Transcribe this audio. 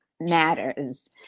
Matters